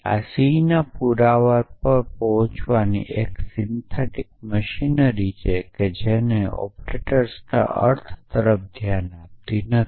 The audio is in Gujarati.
આ c ના પુરાવા પર પહોંચવાની એક સિન્થેટીક મશીનરી છે જે ઑપરેટર્સના અર્થ તરફ ધ્યાન આપતી નથી